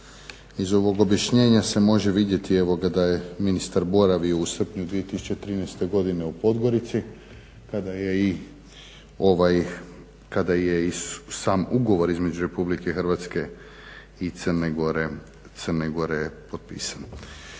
Iz ovog objašnjena se može vidjeti evo da je ministar boravio u srpnju 2013. godine u Podgorici kada je i ovaj, kada je i sam ugovor između RH i Crne Gore potpisan.